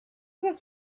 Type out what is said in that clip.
was